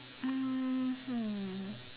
mmhmm